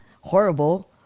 horrible